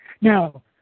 Now